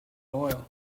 oil